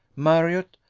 marriott,